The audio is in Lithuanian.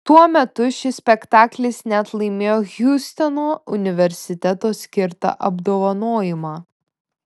tuo metu šis spektaklis net laimėjo hjustono universiteto skirtą apdovanojimą